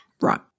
Right